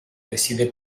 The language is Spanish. decide